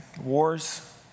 Wars